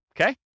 Okay